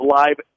live